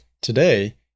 Today